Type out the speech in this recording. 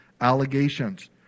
allegations